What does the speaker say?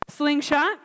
Slingshot